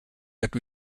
that